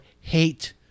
hate